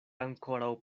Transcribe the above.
ankoraŭ